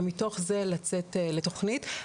ומתוך זה לצאת לתוכנית.